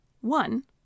One